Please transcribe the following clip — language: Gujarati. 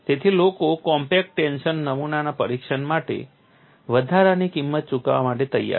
તેથી લોકો કોમ્પેક્ટ ટેન્શન નમૂનાના પરીક્ષણ માટે વધારાની કિંમત ચૂકવવા માટે તૈયાર છે